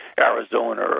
Arizona